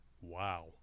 Wow